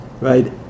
right